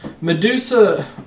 Medusa